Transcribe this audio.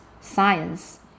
science